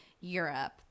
Europe